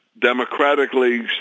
democratically